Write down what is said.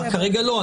כרגע לא.